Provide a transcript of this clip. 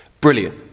Brilliant